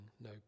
no